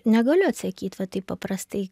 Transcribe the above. negaliu atsakyt va taip paprastai